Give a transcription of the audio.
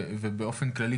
באופן כללי,